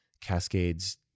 cascades